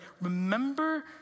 remember